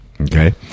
okay